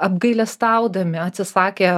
apgailestaudami atsisakė